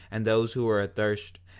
and those who were athirst,